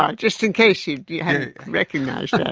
um just in case you hadn't recognised that.